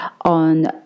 on